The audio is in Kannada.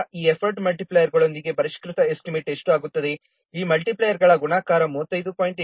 ನಂತರ ಈ ಎಫರ್ಟ್ ಮಲ್ಟಿಪ್ಲೈಯರ್ಗಳೊಂದಿಗೆ ಪರಿಷ್ಕೃತ ಎಸ್ಟಿಮೇಟ್ ಎಷ್ಟು ಆಗುತ್ತದೆ ಈ ಮಲ್ಟಿಪ್ಲೈಯರ್ಗಳ ಗುಣಾಕಾರ 35